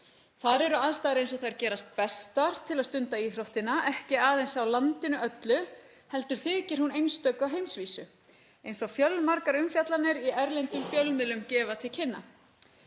Þar eru aðstæður eins og þær gerast bestar til að stunda íþróttina, ekki aðeins á landinu öllu heldur þykir hún einstök á heimsvísu eins og fjölmargar umfjallanir í erlendum fjölmiðlum gefa til kynna.